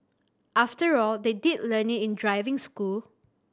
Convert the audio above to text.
after all they did learn in driving school